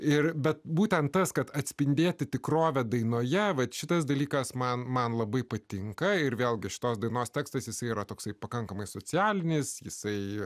ir bet būtent tas kad atspindėti tikrovę dainoje vat šitas dalykas man man labai patinka ir vėlgi šitos dainos tekstas yra toksai pakankamai socialinės jisai